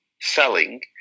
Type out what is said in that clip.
selling